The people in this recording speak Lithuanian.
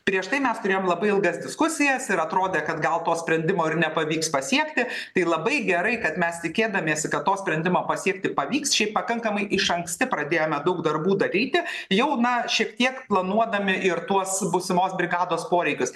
prieš tai mes turėjom labai ilgas diskusijas ir atrodė kad gal to sprendimo ir nepavyks pasiekti tai labai gerai kad mes tikėdamiesi kad to sprendimo pasiekti pavyks šiaip pakankamai išanksti pradėjome daug darbų daryti jau na šiek tiek planuodami ir tuos būsimos brigados poreikius